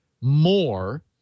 more